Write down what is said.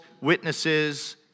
witnesses